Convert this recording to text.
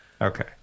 Okay